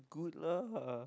good lah